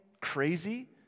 crazy